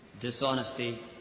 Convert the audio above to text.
dishonesty